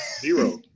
Zero